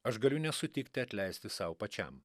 aš galiu nesutikti atleisti sau pačiam